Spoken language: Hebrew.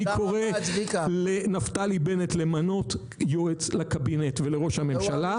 אני קורא לנפתלי בנט למנות יועץ לקבינט ולראש הממשלה,